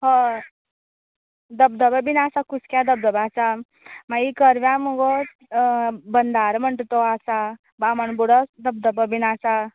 हय धबधबो बी आसा कुसक्यां धबधबो आसा मागीर करव्या मुगो बनाळ्ळ म्हणटा तो आसा बामण बुडो बी धबधबो आसा